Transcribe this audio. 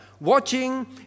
watching